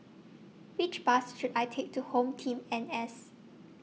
Which Bus should I Take to HomeTeam N S